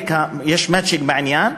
יש מצ'ינג בעניין,